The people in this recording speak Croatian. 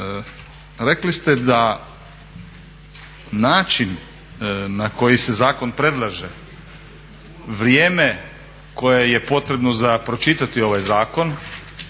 rekli ste da način na koji se zakon predlaže, vrijeme koje je potrebno za pročitati ovaj zakon